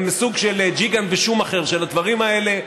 הם סוג של דז'יגאן ושומאכר של הדברים האלה,